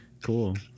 Cool